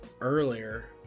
earlier